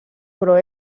però